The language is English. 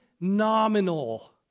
nominal